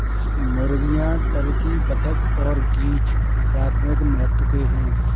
मुर्गियां, टर्की, बत्तख और गीज़ प्राथमिक महत्व के हैं